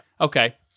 Okay